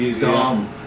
dumb